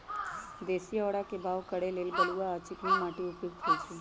देशी औरा के बाओ करे लेल बलुआ आ चिकनी माटि उपयुक्त होइ छइ